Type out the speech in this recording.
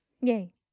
Yay